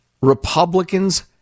Republicans